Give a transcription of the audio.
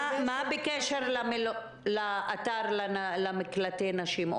מה בקשר לאתר למקלטי נשים?